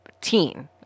teen